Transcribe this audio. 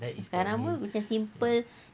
bukan apa macam simple